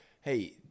hey